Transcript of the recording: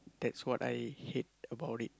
that's what I hate about it